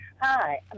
Hi